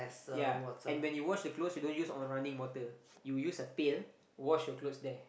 ya and when you wash the clothes you don't use running water you use a pail wash your clothes there